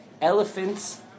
Elephants